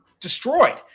destroyed